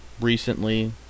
recently